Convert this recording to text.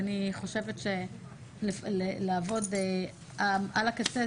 אני חושבת שלא כדאי לעבוד על הקצה,